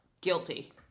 Guilty